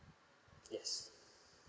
yes